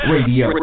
Radio